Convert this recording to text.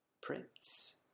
prince